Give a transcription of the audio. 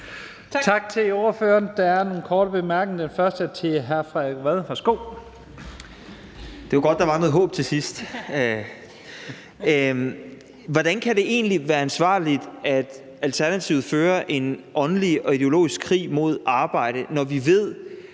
Hvordan kan det egentlig være ansvarligt, at Alternativet fører en åndelig og ideologisk krig mod arbejde, når vi ved,